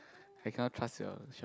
I cannot trust your shuf~